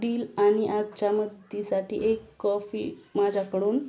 deal आणि आजच्या मदतीसाठी एक कॉफी माझ्याकडून